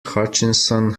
hutchinson